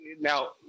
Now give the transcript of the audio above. Now